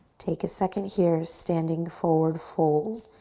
take a second here. standing forward fold.